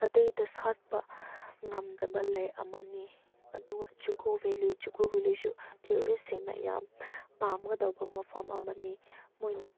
ꯑꯇꯩꯗ ꯁꯥꯠꯄ ꯉꯝꯗꯕ ꯂꯩ ꯑꯃꯅꯤ ꯑꯗꯨꯒ ꯖꯨꯀꯣ ꯕꯦꯜꯂꯤ ꯖꯨꯀꯣ ꯕꯦꯜꯂꯤꯁꯨ ꯇꯨꯔꯤꯁꯁꯤꯡꯅ ꯌꯥꯝ ꯄꯥꯝꯒꯗꯧꯕ ꯃꯐꯝ ꯑꯃꯅꯤ ꯃꯣꯏꯅ